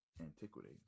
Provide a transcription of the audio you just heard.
antiquity